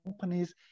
companies